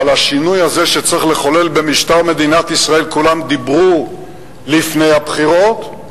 על השינוי הזה שצריך לחולל במשטר מדינת ישראל כולם דיברו לפני הבחירות.